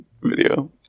video